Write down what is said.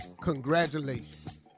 Congratulations